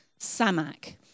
samak